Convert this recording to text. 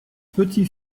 petit